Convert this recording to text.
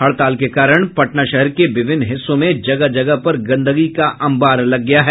हड़ताल के कारण पटना शहर के विभिन्न हिस्सों में जगह जगह पर गंदगी का अंबार लग गया है